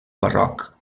barroc